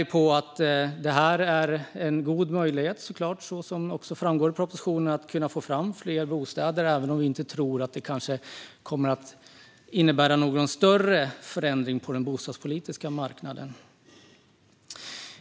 Vi menar att det här är en god möjlighet, som också framgår i propositionen, att kunna få fram fler bostäder, även om vi kanske inte tror att det kommer att innebära någon större förändring på den bostadspolitiska marknaden.